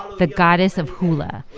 the goddess of hula.